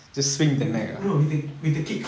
no with the with the kick